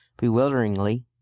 bewilderingly